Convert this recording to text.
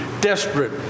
desperate